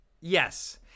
Yes